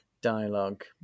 dialogue